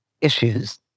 issues